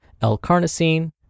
L-carnosine